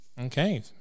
Okay